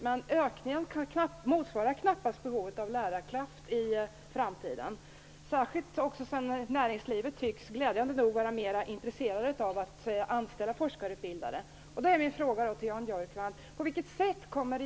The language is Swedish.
Men ökningen motsvarar knappast behovet av lärarkraft i framtiden, särskilt då näringslivet glädjande nog tycks ha blivit mer intresserat av att anställa foskarutbildade.